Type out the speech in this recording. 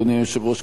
אדוני היושב-ראש,